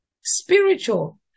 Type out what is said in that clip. Spiritual